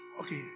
Okay